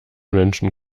menschen